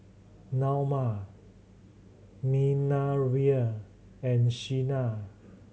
Naoma Minervia and Sina